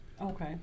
Okay